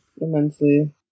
immensely